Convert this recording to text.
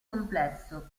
complesso